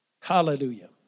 Hallelujah